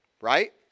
right